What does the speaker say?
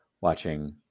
watching